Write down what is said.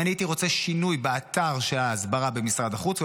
אם אני הייתי רוצה שינוי באתר של ההסברה במשרד החוץ,